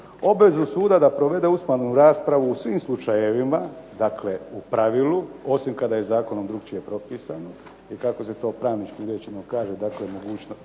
obvezu suda da provede usmenu raspravu u svim slučajevima. Dakle, u pravilu, osim kada je zakonom drukčije propisano i kako se to pravničkim riječima kaže, dakle sporovi